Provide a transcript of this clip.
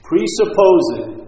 Presupposing